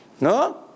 No